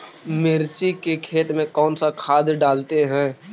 मिर्ची के खेत में कौन सा खाद डालते हैं?